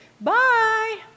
Bye